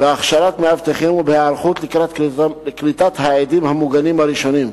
בהכשרת מאבטחים ובהיערכות לקראת קליטת העדים המוגנים הראשונים.